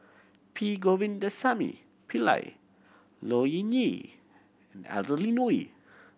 P Govindasamy Pillai Low Yen Ling Adeline Ooi